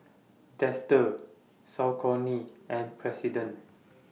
Dester Saucony and President